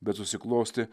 bet susiklostė